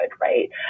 right